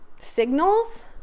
signals